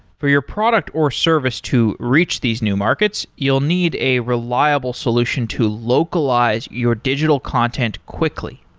for your product or service to reach these new markets, you'll need a reliable solution to localize your digital content quickly.